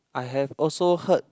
I have also heard